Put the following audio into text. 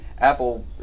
Apple